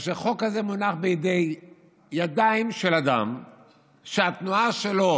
כאשר חוק כזה מונח בידיים של אדם שהתנועה שלו